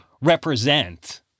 represent